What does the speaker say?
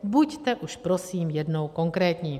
Buďte už prosím jednou konkrétní.